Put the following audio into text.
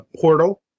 Portal